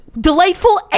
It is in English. delightful